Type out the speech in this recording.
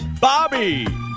Bobby